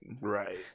right